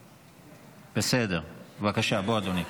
בסדר, בבקשה, בוא, אדוני.